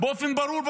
באופן ברור בוועדה: